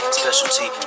specialty